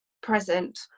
present